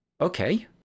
okay